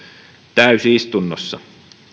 täysistunnossa